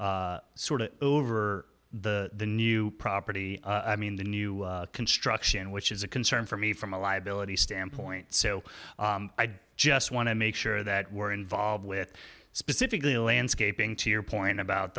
of over the new property i mean the new construction which is a concern for me from a liability standpoint so i just want to make sure that we're involved with specifically landscaping to your point about